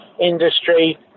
industry